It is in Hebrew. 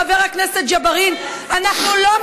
מתביישים?